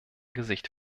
gesicht